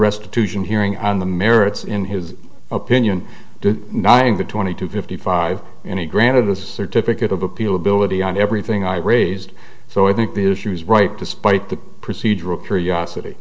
restitution hearing on the merits in his opinion nine to twenty two fifty five and he granted a certificate of appeal ability on everything i raised so i think the issues right despite the procedural curiosity